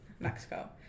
Mexico